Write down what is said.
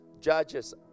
Judges